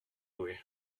loué